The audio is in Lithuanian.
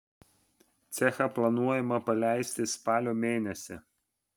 cechą planuojama paleisti spalio mėnesį